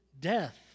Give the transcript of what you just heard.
death